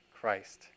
Christ